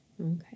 Okay